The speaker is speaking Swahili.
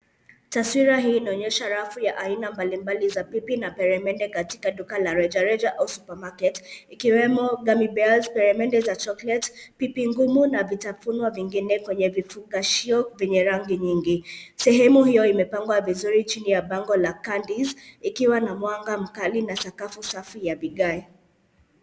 Taswira hii inaonyesha rafu ya aina mbalimbali za pipi na peremende katika duka la rejareja au supermarket ikiwemo gummy bears , peremende za chocolate , pipi ngumu na vitafunwa vingine kwenye vifungashio vyenye rangi nyingi. Sehemu hiyo imepangwa vizuri chini ya bango la candies ikiwa na mwanga mkali na sakafu safi ya vigae.